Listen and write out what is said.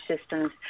systems